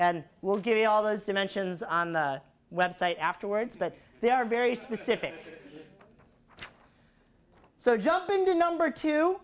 and we'll get all those dimensions on the website afterwards but they are very specific so jumping to number two